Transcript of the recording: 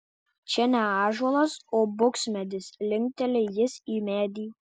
čia ne ąžuolas o buksmedis linkteli jis į medį